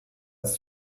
als